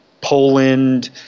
Poland